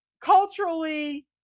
culturally